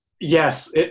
Yes